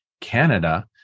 Canada